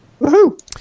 Woohoo